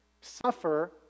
suffer